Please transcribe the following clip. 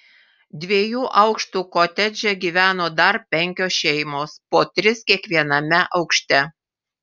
dviejų aukštų kotedže gyveno dar penkios šeimos po tris kiekviename aukšte